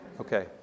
Okay